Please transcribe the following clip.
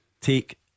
take